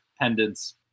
pendants